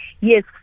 Yes